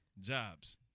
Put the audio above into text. Jobs